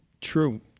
true